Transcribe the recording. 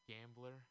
gambler